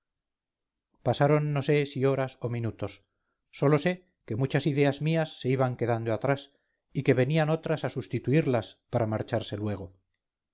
pasaron no sé si horas o minutos sólo sé que muchas ideas mías se iban quedando atrás y que venían otras a sustituirlas para marcharse luego